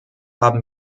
haben